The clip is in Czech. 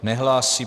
Nehlásí.